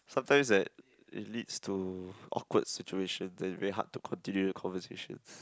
sometimes like it leads to awkward situation that is very hard to continue the conversations